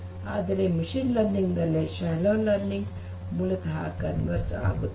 ಆದರೆ machine learning ನಲ್ಲಿ shallow learning ಮೂಲತಃ ಒಮ್ಮುಖವಾಗುತ್ತದೆ